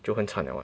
就很惨了 [what]